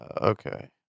Okay